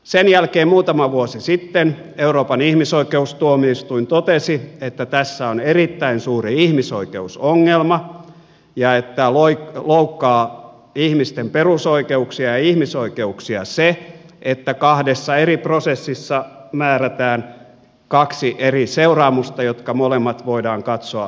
sen jälkeen muutama vuosi sitten euroopan ihmisoikeustuomioistuin totesi että tässä on erittäin suuri ihmisoikeusongelma ja että loukkaa ihmisten perusoikeuksia ja ihmisoikeuksia se että kahdessa eri prosessissa määrätään kaksi eri seuraamusta jotka molemmat voidaan katsoa rangaistuksen luontoisiksi